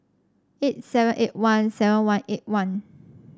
eight seven eight one seven one eight one